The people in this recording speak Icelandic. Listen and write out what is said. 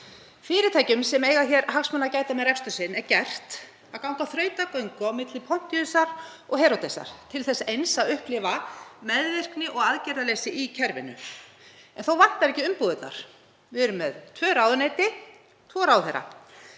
Fyrirtækjum sem eiga hagsmuna að gæta með rekstur sinn er gert að ganga þrautagöngu milli Pontíusar og Heródesar til þess eins að upplifa meðvirkni og aðgerðaleysi í kerfinu. Þó vantar ekki umbúðirnar. Við erum með tvö ráðuneyti, tvo ráðherra.